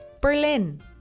Berlin